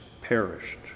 perished